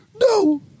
no